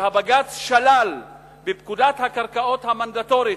שבג"ץ שלל בפקודת הקרקעות המנדטורית,